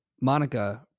Monica